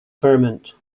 ferment